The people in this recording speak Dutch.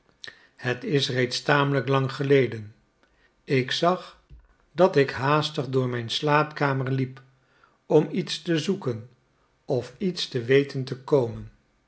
het is reeds tamelijk lang geleden ik zag dat ik haastig door mijn slaapkamer liep om iets te zoeken of iets te weten te komen